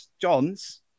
John's